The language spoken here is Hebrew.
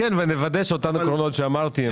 נתקן ונוודא שאותם עקרונות שאמרתי,